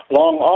long